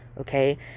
Okay